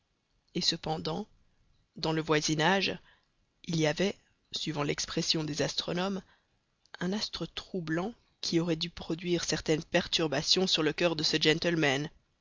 et cependant dans le voisinage il y avait suivant l'expression des astronomes un astre troublant qui aurait dû produire certaines perturbations sur le coeur de ce gentleman